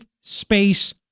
space